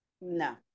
No